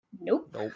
Nope